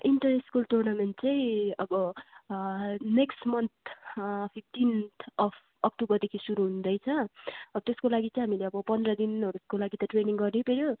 enter school tournament चाहिँ अब next month fifteenth of अक्टुबरदेखि सुरु हुँदैछ त्यसको लागि चाहिँ हामीले अब पन्ध्र दिनहरूको लागि त ट्रेनिङ गर्नैपऱ्यो